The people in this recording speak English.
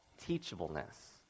teachableness